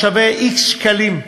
זה היה שווה x שקלים.